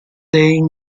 dei